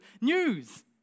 news